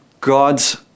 God's